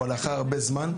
אבל לאחר הרבה זמן.